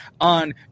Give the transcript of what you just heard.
on